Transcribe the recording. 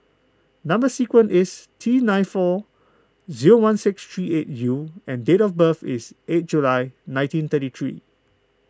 Number Sequence is T nine four zero one six three eight U and date of birth is eight July nineteen thirty three